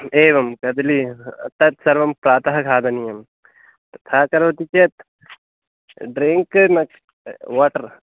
एवं कदली तत् सर्वं प्रातः खादनीयं तथा करोति चेत् ड्रिङ्क् अ वाटर्